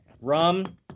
Rum